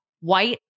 White